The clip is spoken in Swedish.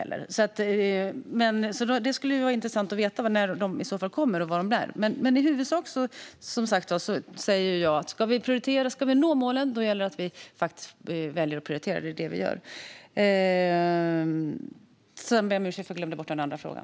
Det skulle i så fall vara intressant att veta när de kommer. Men i huvudsak säger jag att om vi ska nå målen gäller det att prioritera, och det är det vi gör. Jag ber om ursäkt för att jag glömde bort den andra frågan.